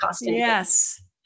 Yes